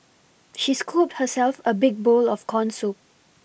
she scooped herself a big bowl of corn soup